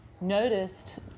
noticed